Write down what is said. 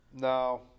No